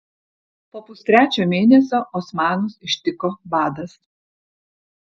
po pustrečio mėnesio osmanus ištiko badas